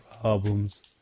problems